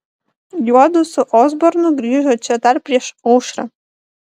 juodu su osbornu grįžo čia dar prieš aušrą